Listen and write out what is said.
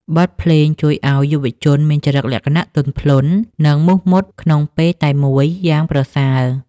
បទភ្លេងជួយឱ្យយុវជនមានចរិតលក្ខណៈទន់ភ្លន់ និងមោះមុតក្នុងពេលតែមួយយ៉ាងប្រសើរ។